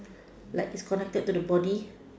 like it's connected to the body